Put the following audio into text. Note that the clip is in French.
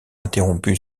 interrompu